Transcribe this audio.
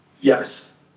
Yes